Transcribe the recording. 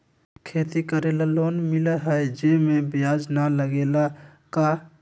खेती करे ला लोन मिलहई जे में ब्याज न लगेला का?